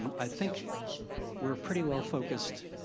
i think we're pretty well focused.